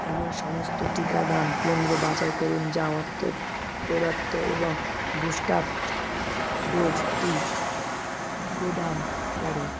এমন সমস্ত টিকাদান কেন্দ্র বাছাই করুন যা অর্থ প্রদত্ত এবং বুস্টার ডোজটি প্রদান করে